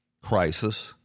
crisis